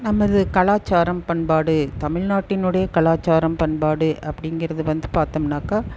நமது கலாச்சாரம் பண்பாடு தமிழ்நாட்டினுடைய கலாச்சாரம் பண்பாடு அப்படிங்கிறதை வந்து பார்த்தம்னாக்க